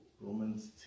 romans